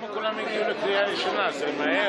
נכון, נכון, כן.